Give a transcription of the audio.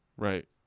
Right